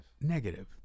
negative